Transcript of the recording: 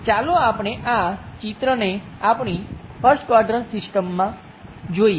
ચાલો આપણે આ ચિત્રને આપણી 1st ક્વાડ્રંટ સિસ્ટમમાં જોઈએ